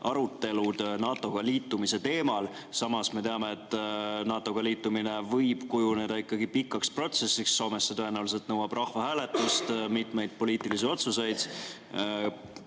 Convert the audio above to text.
arutelud NATO‑ga liitumise teemal. Samas me teame, et NATO‑ga liitumine võib kujuneda ikkagi pikaks protsessiks. Soomes see tõenäoliselt nõuab rahvahääletust, mitmeid poliitilisi otsuseid.